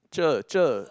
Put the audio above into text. cher cher